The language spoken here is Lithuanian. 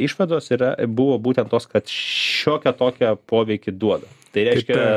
išvados yra buvo būtent tos kad šiokią tokią poveikį duoda tai reiškia